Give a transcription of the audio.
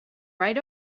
right